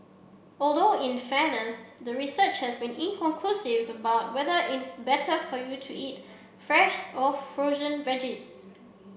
although in fairness the research has been inconclusive about whether it's better for you to eat fresh or frozen veggies